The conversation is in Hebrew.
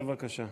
בבקשה,